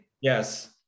yes